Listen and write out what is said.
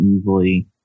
easily